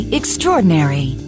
extraordinary